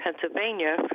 Pennsylvania